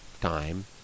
time